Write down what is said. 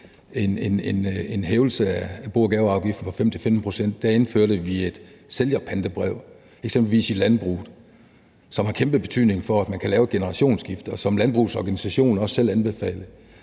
en hævelse af bo- og gaveafgiften fra 5-15 pct., indførte vi et sælgerpantebrev, eksempelvis i landbruget, som har kæmpe betydning for, at man kan lave et generationsskifte, og som landbrugets organisationer også selv anbefalede.